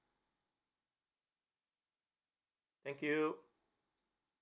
thank you